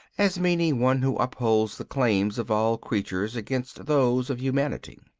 as meaning one who upholds the claims of all creatures against those of humanity.